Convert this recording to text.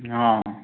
ହଁ